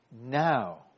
now